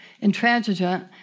intransigent